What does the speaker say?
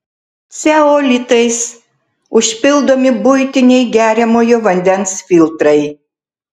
ceolitais užpildomi buitiniai geriamojo vandens filtrai